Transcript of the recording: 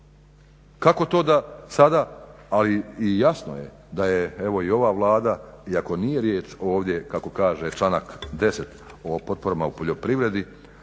Kako to da sada, ali i jasno je da je evo i ova Vlada, iako nije riječ ovdje kako kaže članak 10. o potporama u poljoprivredi,